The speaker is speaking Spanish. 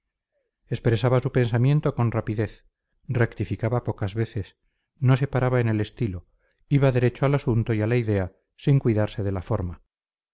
expresaba su pensamiento con rapidez rectificaba pocas veces no se paraba en el estilo iba derecho al asunto y a la idea sin cuidarse de la forma